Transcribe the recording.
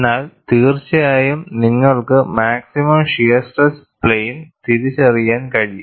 എന്നാൽ തീർച്ചയായും നിങ്ങൾക്ക് മാക്സിമം ഷിയർ സ്ട്രെസ് പ്ലെയിൻ തിരിച്ചറിയാൻ കഴിയും